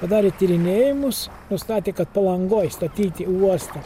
padarė tyrinėjimus nustatė kad palangoj statyti uostą